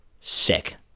Sick